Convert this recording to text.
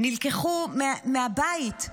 שנלקחו מהבית,